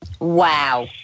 Wow